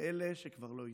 ואלה שכבר לא איתנו,